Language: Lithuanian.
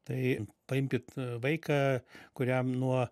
tai paimkit vaiką kuriam nuo